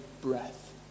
breath